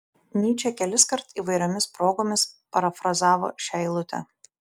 nyčė keliskart įvairiomis progomis parafrazavo šią eilutę